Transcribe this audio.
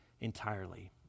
entirely